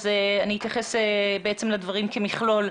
אז אני אתייחס לדברים כמכלול.